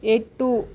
எட்டு